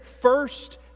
first